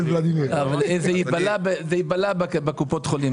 זה ייבלע בקופות החולים.